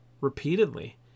repeatedly